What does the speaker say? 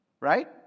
Right